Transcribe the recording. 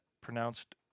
pronounced